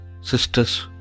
sisters